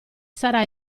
sarà